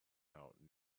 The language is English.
out